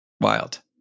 Wild